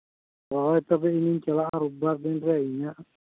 ᱦᱳᱭ ᱛᱚᱵᱮ ᱤᱧᱦᱩᱧ ᱪᱟᱞᱟᱜᱼᱟ ᱨᱳᱵᱽ ᱵᱟᱨ ᱫᱤᱱ ᱨᱮ ᱤᱧ ᱫᱚ